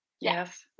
Yes